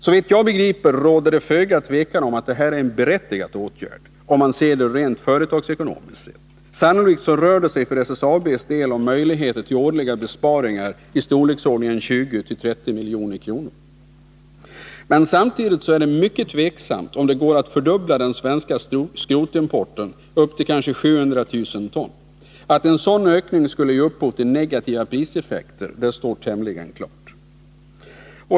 Såvitt jag begriper råder det föga tvivel om att detta är en berättigad åtgärd, om man ser det rent företagsekonomiskt — sannolikt rör det sig för SSAB:s del om möjligheter till årliga besparingar i storleksordningen 20-30 milj.kr. Samtidigt är det mycket tveksamt om det går att fördubbla den svenska skrotimporten upp till kanske 700 000 ton. Att en sådan ökning skulle ge upphov till negativa priseffekter står tämligen klart.